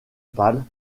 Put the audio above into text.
pâle